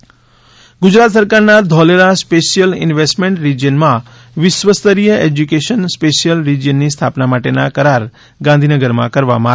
Dholera SIR Gujarat સરકારના Dholera special investment રિજીયનમાં વિશ્વ સ્તરીય એજ્યુકેશન સ્પેશ્યલ રિજીયનની સ્થાપના માટેના કરાર ગાંધીનગરમાં કરવામાં આવ્યા છે